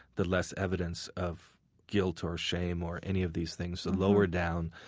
the less evidence of guilt or shame or any of these things. the lower down,